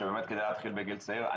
שבאמת כדאי להתחיל בגיל צעיר.